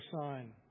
sign